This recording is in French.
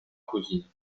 cousine